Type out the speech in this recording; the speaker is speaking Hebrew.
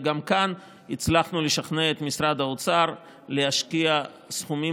וגם כאן הצלחנו לשכנע את משרד האוצר להשקיע סכומים